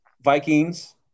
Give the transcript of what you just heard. Vikings